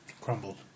crumbled